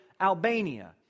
Albania